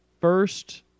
first